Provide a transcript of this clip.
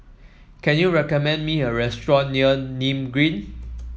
can you recommend me a restaurant near Nim Green